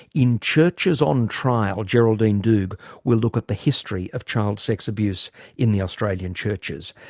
in, churches on trial, geraldine doogue will look at the history of child sex abuse in the australian churches.